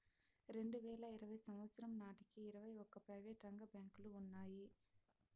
రెండువేల ఇరవై సంవచ్చరం నాటికి ఇరవై ఒక్క ప్రైవేటు రంగ బ్యాంకులు ఉన్నాయి